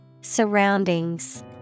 Surroundings